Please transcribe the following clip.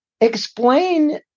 explain